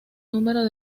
número